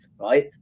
right